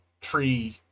tree